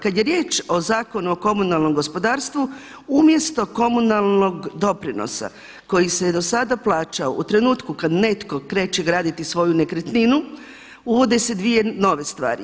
Kada je riječ o Zakonu o komunalnom gospodarstvu umjesto komunalnog doprinosa koji se do sada plaćao u trenutku kada netko kreće graditi svoju nekretninu uvode se dvije nove stvari.